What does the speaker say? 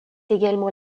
également